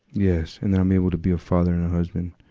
yes, and that i'm able to be a father and a husband.